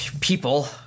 people